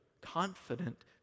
confident